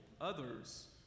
others